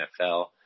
NFL